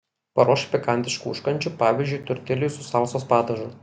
paruošk pikantiškų užkandžių pavyzdžiui tortiljų su salsos padažu